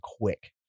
quick